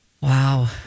Wow